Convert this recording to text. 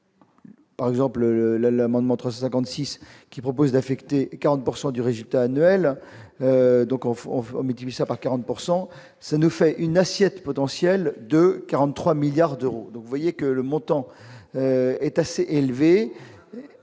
Par exemple, l'amendement 356 qui propose d'affecter 40 pourcent du résultat annuel, donc au fond multiplie ça par 40 pourcent ça nous fait une assiette potentiel de 43 milliards d'euros, donc voyez que le montant est assez élevé,